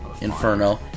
Inferno